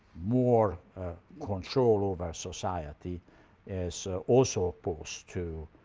more control over society is also opposed to